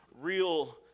real